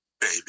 baby